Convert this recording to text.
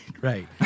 right